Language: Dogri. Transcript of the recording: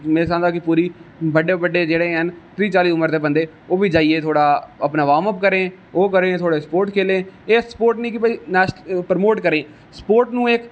में चांहदा कि पूरी बड़े बड़े जेहडे हैन त्रीह् चाली उमर दे बंदे ओ ह्बी जाइयै थोह्ड़ा अपना वार्म अप करे ओह् थोह्ड़ा स्पोर्ट खेले एह् स्पोटस नेईं के भाई प्रमोट करे स्पोटस नूं इक